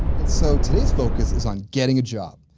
and so, today's focus is on getting a job.